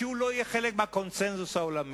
כי הוא לא יהיה חלק מהקונסנזוס העולמי.